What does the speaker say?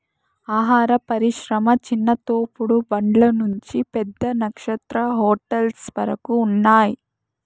ఆహార పరిశ్రమ చిన్న తోపుడు బండ్ల నుంచి పెద్ద నక్షత్ర హోటల్స్ వరకు ఉన్నాయ్